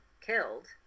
killed